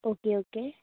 okay okay